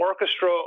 orchestra